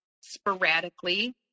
sporadically